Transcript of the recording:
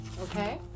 okay